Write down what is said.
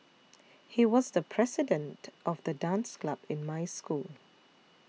he was the president of the dance club in my school